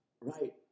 Right